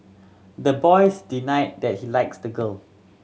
the boys denied that he likes the girl